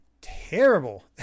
terrible